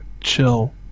Chill